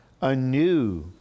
anew